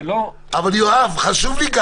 זה לא --- אבל יואב, זה חשוב לי גם.